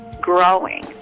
growing